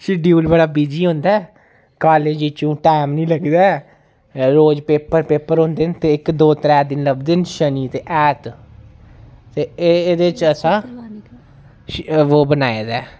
schedule बड़ा busy होंदा ऐ कालेज चा टाइम नी लगदा ऐ रोज पेपर पेपर होंदे न ते इक दो त्रै दिन लभदे न शनि ते ऐत ते एह्दे च असें ओह् बनाए दा ऐ